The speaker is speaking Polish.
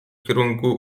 kierunku